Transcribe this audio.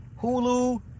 hulu